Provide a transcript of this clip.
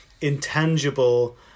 intangible